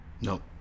No